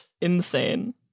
Insane